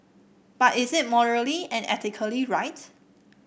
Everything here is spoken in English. but is it morally and ethically right